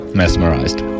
mesmerized